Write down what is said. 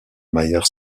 myers